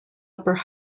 upper